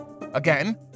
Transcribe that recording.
Again